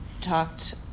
talked